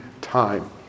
time